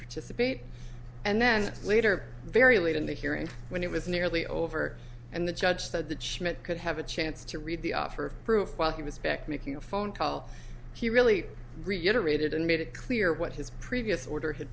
participate and then later very late in the hearing when it was nearly over and the judge the smith could have a chance to read the offer of proof while he was back making a phone call he really reiterated and made it clear what his previous order had